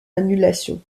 annulation